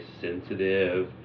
sensitive